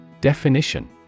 Definition